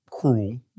cruel